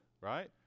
right